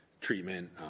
treatment